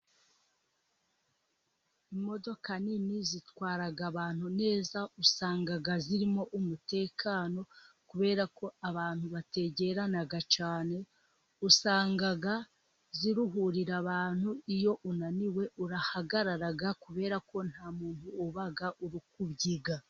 Imodoka nini zitwaraga abantu neza usanga zirimo umutekano, kubera ko abantu bategerana cyane usanga ziruhurira abantu, iyo unaniwe urahagarara kubera ko nta muntu uba uri kubyiga.